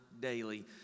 daily